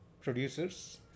producers